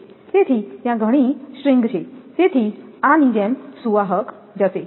તેથી ત્યાં ઘણી તાર છે તેથી આની જેમ સુવાહક જશે